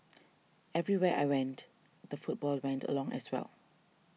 everywhere I went the football went along as well